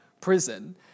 prison